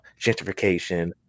gentrification